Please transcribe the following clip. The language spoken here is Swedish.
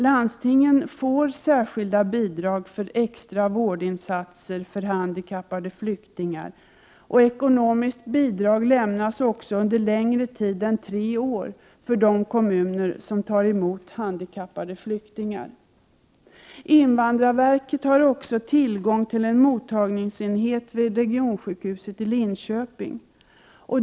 Landstingen får särskilda bidrag för extra vårdinsatser för handikappade flyktingar, och ekonomiskt bidrag lämnas även under längre tid än tre år för de kommuner som tar emot handikappade flyktingar. Invandrarverket har också tillgång till en mottagningsenhet vid regionsjukhuset i Linköping.